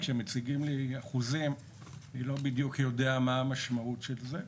כשמציגים לי אחוזים אני לא בדיוק יודע מה המשמעות של זה.